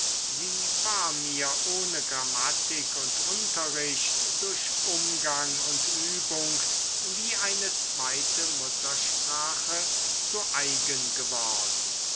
sie war mir ohne grammatik und unterricht durch umgang und übung wie eine zweite muttersprache zu eigen geworden